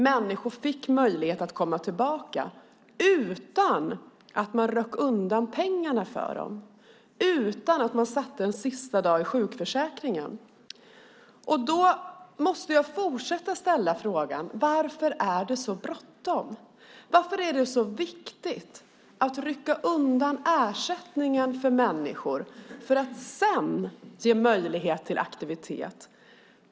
Människor fick möjlighet att komma tillbaka, utan att man ryckte undan pengarna för dem, utan att man satte en sista dag i sjukförsäkringen. Då måste jag fortsätta att ställa frågan: Varför är det så bråttom? Varför är det så viktigt att rycka undan ersättningen för människor för att sedan ge möjlighet till aktivitet?